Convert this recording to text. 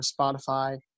Spotify